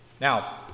Now